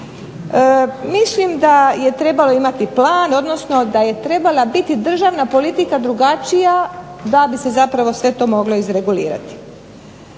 Mislim da je trebalo imati plan odnosno da je trebala biti državna politika drugačija da bi se sve to moglo izregulirati.